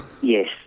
Yes